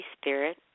Spirit